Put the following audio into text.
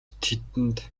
тэдэнд